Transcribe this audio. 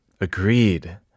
Agreed